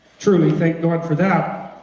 truly, thank god for that